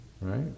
Right